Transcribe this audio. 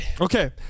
Okay